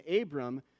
Abram